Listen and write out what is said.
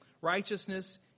Righteousness